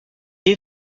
est